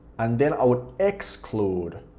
and then i would exclude,